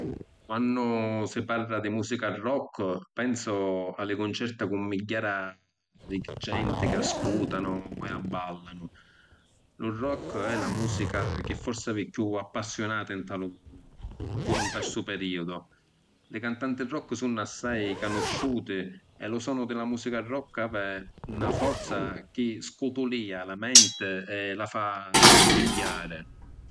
Quannu si parra di musica rock pensu a li cuncerti cu migghiara di genti chi ascutanu e abballanu. Lu rock è la musica chi forsi havi chiù appassiunati nta lu munnu, puru nna stu periodu. Li cantanti rock sunnu assai canusciuti e lu sonu di la musica rock havi na forza chi scutulìa la menti e la fa arrispigghiari.